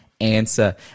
answer